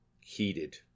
Heated